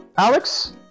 Alex